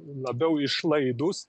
labiau išlaidūs